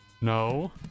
No